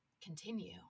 continue